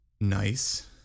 Nice